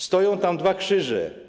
Stoją tam dwa krzyże.